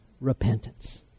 repentance